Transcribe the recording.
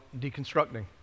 deconstructing